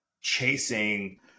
chasing